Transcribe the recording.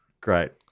great